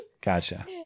Gotcha